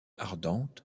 ardente